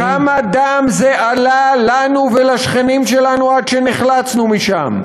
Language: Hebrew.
כמה דם זה עלה לנו ולשכנים שלנו עד שנחלצנו משם?